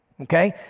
Okay